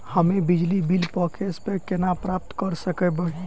हम्मे बिजली बिल प कैशबैक केना प्राप्त करऽ सकबै?